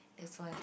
there's one